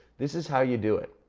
this is how you do it.